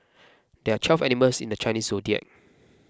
there are twelve animals in the Chinese zodiac